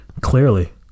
Clearly